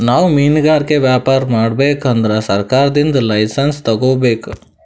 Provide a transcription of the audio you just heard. ನಾವ್ ಮಿನ್ಗಾರಿಕೆ ವ್ಯಾಪಾರ್ ಮಾಡ್ಬೇಕ್ ಅಂದ್ರ ಸರ್ಕಾರದಿಂದ್ ಲೈಸನ್ಸ್ ತಗೋಬೇಕ್